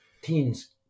teens